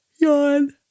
yawn